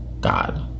God